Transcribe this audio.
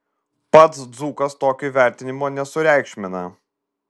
pats dzūkas tokio įvertinimo nesureikšmina